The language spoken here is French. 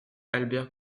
albert